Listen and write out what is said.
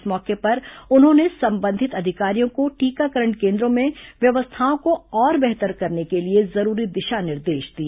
इस मौके पर उन्होंने संबंधित अधिकारियों को टीकाकरण केन्द्रों में व्यवस्थाओं को और बेहतर करने के लिए जरूरी दिशा निर्देश दिए